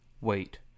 wait